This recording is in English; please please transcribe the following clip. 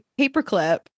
paperclip